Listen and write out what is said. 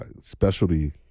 specialty